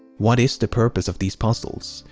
what is the purpose of these puzzles?